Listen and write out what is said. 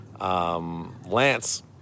Lance